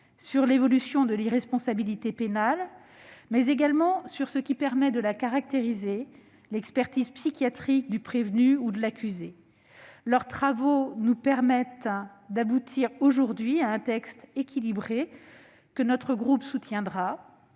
sur l'évolution de l'irresponsabilité pénale, mais également sur ce qui permet de la caractériser : l'expertise psychiatrique du prévenu ou de l'accusé. Grâce à leurs travaux, nous aboutissons aujourd'hui à un texte équilibré que notre groupe soutiendra,